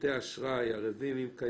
לפי סעיפים 6 או 8,